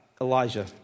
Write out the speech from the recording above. Elijah